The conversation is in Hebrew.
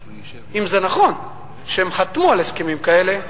אם זה נכון שהם חתמו על הסכמים כאלה.